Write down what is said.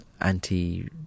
anti